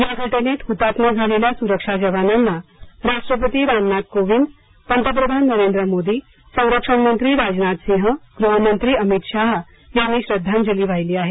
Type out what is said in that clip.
या घटनेत हुतात्मा झालेल्या सुरक्षा जवानांना राष्ट्रपती रामनाथ कोविंद पंतप्रधान नरेंद्र मोदी संरक्षण मंत्री राजनाथ सिंह गृहमंत्री अमित शहा यांनी श्रद्धांजली वाहिली आहे